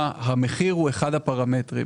זה משהו אחר.